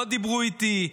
לא דיברו איתי,